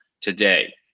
today